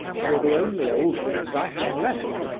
you are the only old friend i have left,